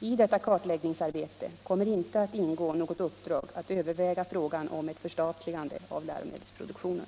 I detta kartläggningsarbete kommer inte att ingå något uppdrag att överväga frågan om ett förstatligande av läromedelsproduktionen.